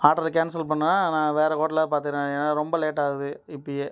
ஆர்டரை கேன்சல் பண்ணால் நான் வேறு ஹோட்டலாவது பார்த்துக்கிறேன் ஏனால் ரொம்ப லேட்டாவுது இப்போயே